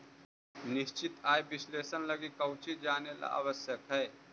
निश्चित आय विश्लेषण लगी कउची जानेला आवश्यक हइ?